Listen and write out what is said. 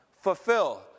Fulfill